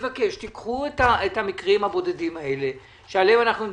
קחו את המקרים הבודדים האלה שעליהם אנחנו מדברים.